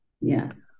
Yes